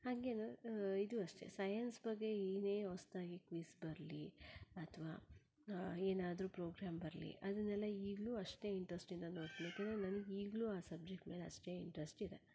ಹಾಗೆ ಇದೂ ಅಷ್ಟೇ ಸೈಯನ್ಸ್ ಬಗ್ಗೆ ಏನೇ ಹೊಸದಾಗಿ ಕ್ವಿಜ್ ಬರಲಿ ಅಥವಾ ಏನಾದರೂ ಪ್ರೊಗ್ರಾಮ್ ಬರಲಿ ಅದನ್ನೆಲ್ಲ ಈಗಲೂ ಅಷ್ಟೇ ಇಂಟ್ರೆಸ್ಟಿಂದ ನೋಡ್ತೀನಿ ಯಾಕೆಂದರೆ ನನಗೆ ಈಗಲೂ ಆ ಸಬ್ಜೆಕ್ಟ್ ಮೇಲೆ ಅಷ್ಟೇ ಇಂಟ್ರೆಸ್ಟ್ ಇದೆ